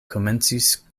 komencis